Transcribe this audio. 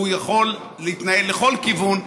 הוא יכול להתנהל לכל כיוון,